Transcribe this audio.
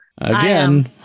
again